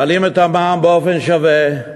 מעלים את המע"מ באופן שווה,